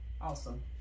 Awesome